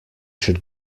should